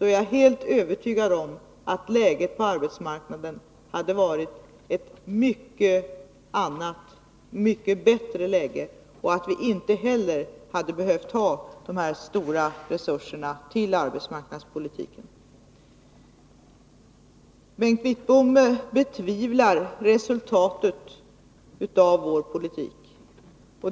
är jag helt övertygad om att läget på arbetsmarknaden hade varit ett helt annat och mycket bättre och att vi inte heller hade behövt ta dessa stora resurser till arbetsmarknadspolitiken. Bengt Wittbom betvivlar resultatet av vår politik.